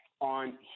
on